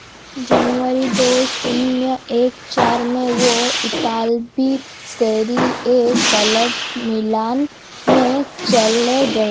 जनवरी दो शून्य एक चार में वे इतालबी सैरी ए कलब मिलान में चले गए